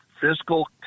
fiscal